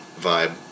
vibe